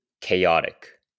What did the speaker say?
chaotic